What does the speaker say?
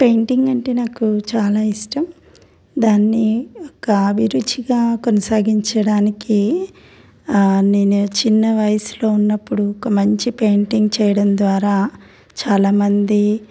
painting అంటే నాకు చాలా ఇష్టం దాన్ని ఒక అభిరుచిగా కొనసాగించడానికి నేను చిన్న వయసులో ఉన్నప్పుడు ఒక మంచి పెయింటింగ్ చేయడం ద్వారా చాలామంది